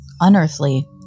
Unearthly